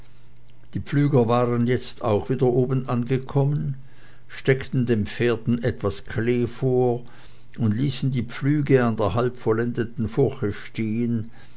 die pflüger waren jetzt auch wieder oben angekommen steckten den pferden etwas klee vor und ließen die pflüge in der halbvollendeten furche stehen